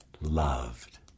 loved